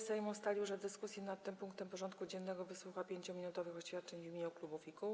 Sejm ustalił, że w dyskusji nad tym punktem porządku dziennego wysłucha 5-minutowych oświadczeń w imieniu klubów i kół.